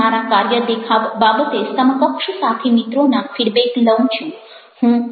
હું મારા કાર્ય દેખાવ બાબતે સમકક્ષ સાથીમિત્રોના ફીડબેક લઉં છું